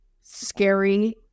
scary